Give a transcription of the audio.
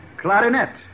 Clarinet